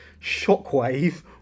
Shockwave